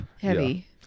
heavy